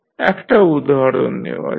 একটা উদাহরণ নেওয়া যাক